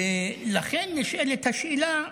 ולכן נשאלת השאלה: